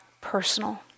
personal